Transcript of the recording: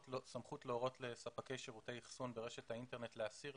סמכות להורות לספקי שירותי אחסון ברשת האינטרנט להסיר,